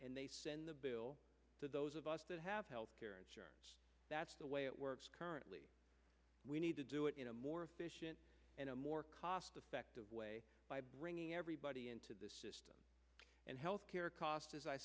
and they send the bill to those of us that have health care and that's the way it works currently we need to do it in a more efficient and a more cost effective way by bringing everybody into the system and health care costs as i